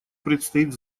предстоит